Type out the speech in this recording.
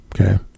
Okay